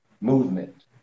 movement